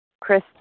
Chris